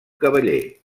cavaller